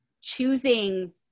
choosing